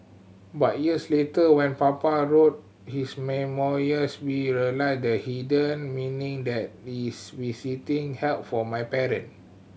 but years later when Papa wrote his memoirs we realised the hidden meaning that this visiting held for my parent